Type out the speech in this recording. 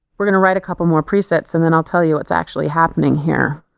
we're going to write a couple more presets and then i'll tell you what's actually happening here.